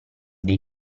dei